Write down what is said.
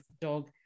dog